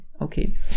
Okay